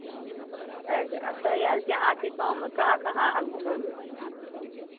कहि रहल छियै अहाँके गाँवमे कहाँ कहाँ अहाँ घूमयबै